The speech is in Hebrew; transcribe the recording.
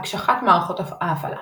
הקשחת מערכות ההפעלה